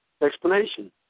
explanation